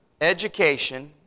Education